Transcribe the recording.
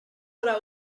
what